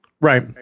Right